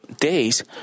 days